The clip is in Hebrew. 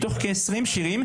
מתוך כ-20 שירים